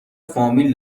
فامیل